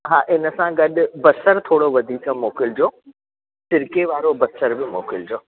हा इन सां गॾु बसरु थोरो वधीक मोकिलिजो सिरके वारो बसर बि मोकिलिजो